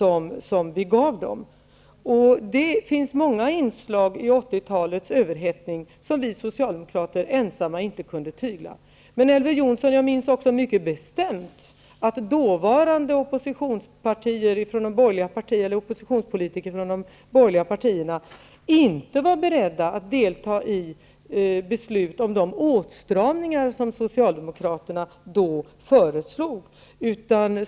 Det finns många inslag i 1980-talets överhettning som vi socialdemokrater inte ensamma kunde tygla. Men, Elver Jonsson, jag minns också mycket tydligt att oppositionspolitiker från de borgerliga partierna då inte var beredda att delta i de beslut om åtstramningar som Socialdemokraterna föreslog.